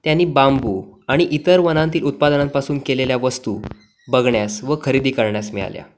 त्यांनी बांबू आणि इतर वनांतील उत्पादनांपासून केलेल्या वस्तू बघण्यास व खरेदी करण्यास मिळाल्या